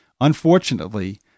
Unfortunately